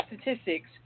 statistics